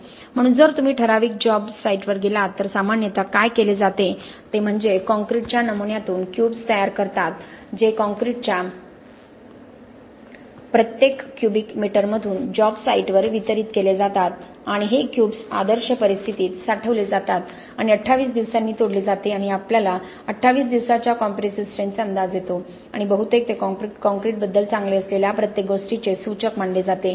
म्हणून जर तुम्ही ठराविक जॉब साइटवर गेलात तर सामान्यत काय केले जाते ते म्हणजे कॉंक्रिटच्या नमुन्यातून क्यूब्स तयार करतात जे कॉंक्रिटच्या प्रत्येक क्यूबिक मीटरमधून जॉब साइटवर वितरीत केले जातात आणि हे क्यूब्स आदर्श परिस्थितीत साठवले जातात आणि 28 दिवसांनी तोडले जाते आणि आम्हाला 28 दिवसांच्या कॉम्प्रेसिव्ह स्ट्रेंथ चा अंदाज येतो आणि बहुतेक ते कॉंक्रिटबद्दल चांगले असलेल्या प्रत्येक गोष्टीचे सूचक मानले जाते